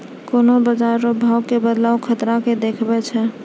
कोन्हों बाजार रो भाव मे बदलाव खतरा के देखबै छै